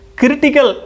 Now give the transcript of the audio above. critical